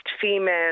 female